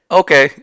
okay